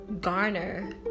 garner